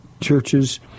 churches